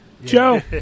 Joe